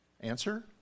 Answer